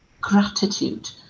gratitude